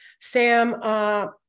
Sam